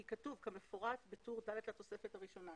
כי כתוב כמפורט בטור ד' לתוספת הראשונה.